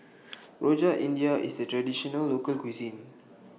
Rojak India IS A Traditional Local Cuisine